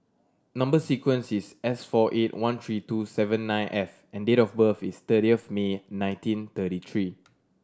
number sequence is S four eight one three two seven nine F and date of birth is thirty of May nineteen thirty three